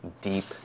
deep